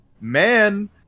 man